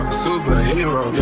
superhero